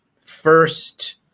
first